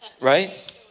Right